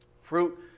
Fruit